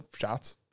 shots